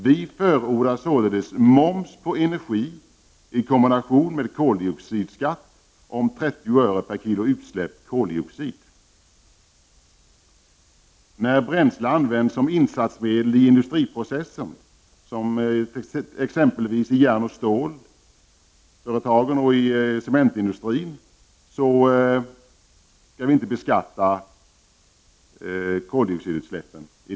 Vi förordar således moms på energi i kombination med en koldioxidskatt om 30 öre per kg utsläpp av koldioxid. När bränsle används som insatsmedel i industriprocessen, exempelvis i järnoch stålföretagen och i cementindustrin, skall vi inte beskatta koldioxidutsläppen.